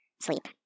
sleep